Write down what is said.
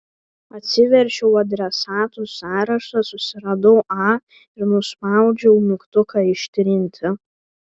atsiverčiau adresatų sąrašą susiradau a ir nuspaudžiau mygtuką ištrinti